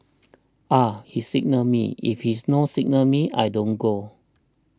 ah he signal me if he no signal me I don't go